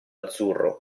azzurro